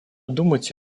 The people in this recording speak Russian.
думать